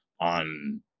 on